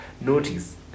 notice